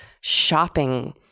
shopping